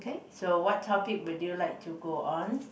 so what topic would you like to go on